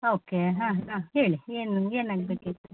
okay ಹಾಂ ಹಾಂ ಹೇಳಿ ಏನು ನಿಮ್ಗೆ ಏನು ಆಗಬೇಕಿತ್ತು